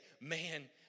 man